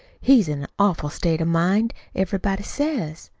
he's in an awful state of mind, everybody says.